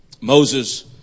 Moses